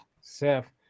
Seth